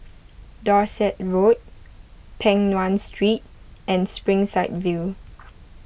Dorset Road Peng Nguan Street and Springside View